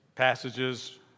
passages